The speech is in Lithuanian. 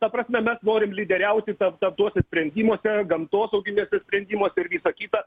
ta prasme mes norim lyderiauti per per tuose sprendimuose gamtosauginiuose sprendimuose ir visa kita